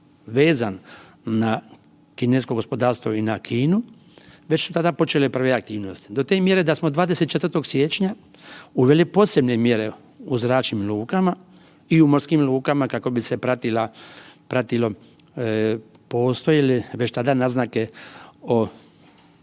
vezan na kinesko gospodarstvo i na Kinu već tada počele prve aktivnosti, do te mjere da smo 24. Siječnja uveli posebne mjere u zračnim lukama i u morskim lukama kako bi se pratilo postoje li već tada naznake o